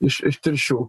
iš iš tirščių